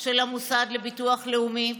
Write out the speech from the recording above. של המוסד לביטוח לאומי.